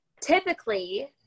typically